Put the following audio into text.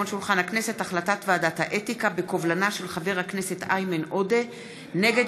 החלטת ועדת האתיקה בקובלנה של חבר הכנסת איימן עודה נגד